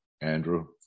Andrew